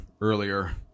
earlier